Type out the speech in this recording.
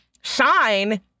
shine